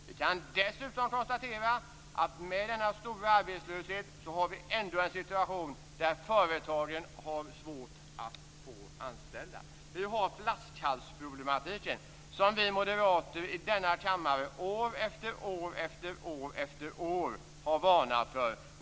Vi kan dessutom konstatera att vi trots denna stora arbetslöshet ändå har en situation där företagen har svårt att få anställda. Vi har flaskhalsproblematiken, som vi moderater i denna kammare år efter år efter år har varnat för.